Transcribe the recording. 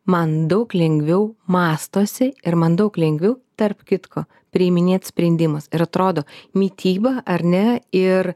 man daug lengviau mąstosi ir man daug lengviau tarp kitko priiminėt sprendimus ir atrodo mityba ar ne ir